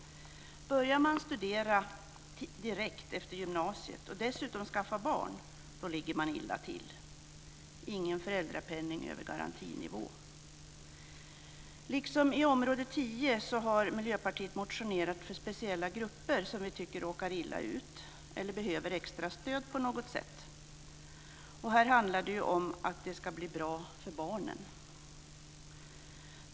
Börjar man studera direkt efter gymnasiet och dessutom skaffar barn ligger man illa till - ingen föräldrapenning över garantinivå. Liksom inom utgiftsområde 10 har Miljöpartiet motionerat för speciella grupper som råkar illa ut eller behöver extra stöd. Här handlar det om att det ska bli bra för barnen.